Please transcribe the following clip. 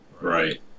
Right